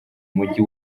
mujyi